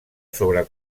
sobre